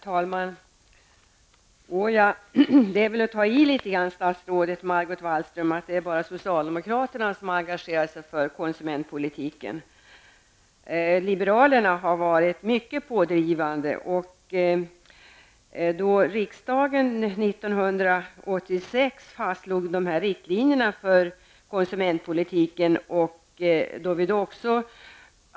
Herr talman! Statsrådet Margot Wallström tar väl ändå i litet grand när hon säger att det ju bara är socialdemokraterna som har engagerat sig för konsumentpolitiken. Liberalerna har varit mycket pådrivande. 1986 fastslog riksdagen riktlinjerna för konsumentpolitiken.